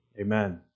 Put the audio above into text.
amen